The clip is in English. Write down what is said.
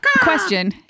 Question